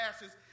ashes